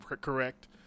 correct